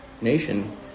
nation